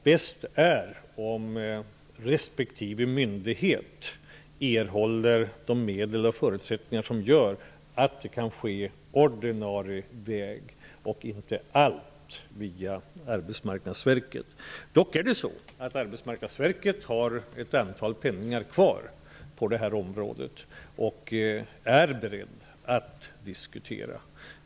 Bäst är om respektive myndighet erhåller de medel och förutsättningar som gör att saker och ting kan ske på ordinarie sätt och inte via Arbetsmarknadsverket har ett antal penningar kvar på det här området, och man är beredd till diskussion.